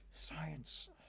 Science